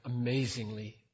amazingly